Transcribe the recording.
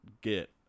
get